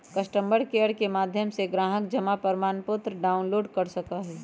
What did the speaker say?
customer care के माध्यम से ग्राहक जमा प्रमाणपत्र डाउनलोड कर सका हई